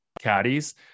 caddies